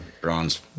bronze